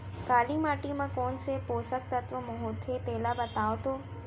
काली माटी म कोन से पोसक तत्व होथे तेला बताओ तो?